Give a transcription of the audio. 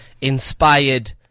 inspired